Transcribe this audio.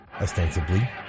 ostensibly